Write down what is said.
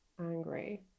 angry